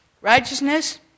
Righteousness